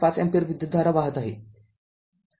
५ ampere विद्युतधारा वाहत आहे